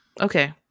Okay